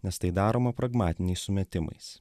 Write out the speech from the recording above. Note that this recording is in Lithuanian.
nes tai daroma pragmatiniais sumetimais